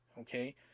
okay